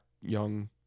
young